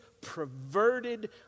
perverted